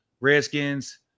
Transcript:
Redskins